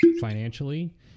financially